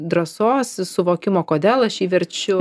drąsos suvokimo kodėl aš jį verčiu